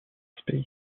space